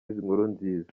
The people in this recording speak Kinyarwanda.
nkurunziza